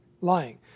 Lying